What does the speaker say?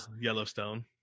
Yellowstone